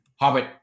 Hobbit